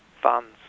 funds